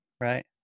right